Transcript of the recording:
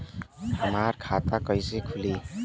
हमार खाता कईसे खुली?